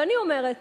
ואני אומרת